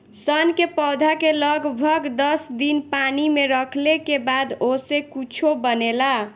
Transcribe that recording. सन के पौधा के लगभग दस दिन पानी में रखले के बाद ओसे कुछू बनेला